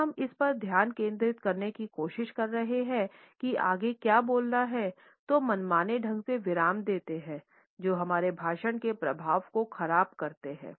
जब हम इस पर ध्यान केंद्रित करने की कोशिश कर रहे हैं कि आगे क्या बोलना है तो मनमाने ढंग से विराम देते हैं जो हमारे भाषण के प्रभाव को खराब करते हैं